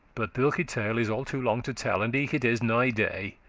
but thilke tale is all too long to tell and eke it is nigh day,